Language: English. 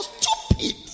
stupid